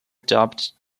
dubbed